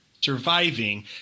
surviving